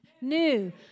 New